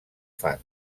fang